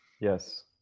Yes